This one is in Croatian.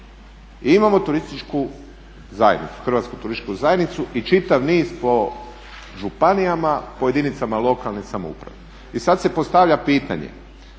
i imamo Hrvatsku turističku zajednicu i čitav niz po županijama, po jedinicama lokalne samouprave. I sada se postavlja pitanje,